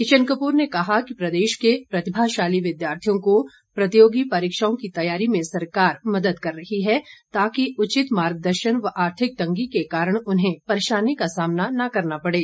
किशन कपूर ने कहा कि प्रदेश के प्रतिभाशाली विद्यार्थियों को प्रतियोगी परीक्षाओं की तैयारी में सरकार मदद कर रही है ताकि उचित मार्ग दर्शन व आर्थिक तंगी के कारण उन्हें परेशानी का सामना न करना पड़े